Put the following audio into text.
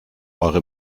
eure